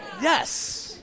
Yes